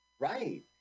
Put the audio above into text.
Right